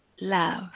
love